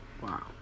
Wow